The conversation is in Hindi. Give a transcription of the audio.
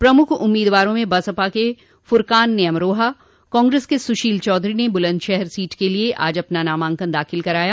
प्रमुख उम्मीदवारों में बसपा के फूरकान ने अमरोहा कांग्रेस के सुशील चौधरी ने बुलन्दशहर सीट के लिए आज अपना नामांकन दाखिल कराया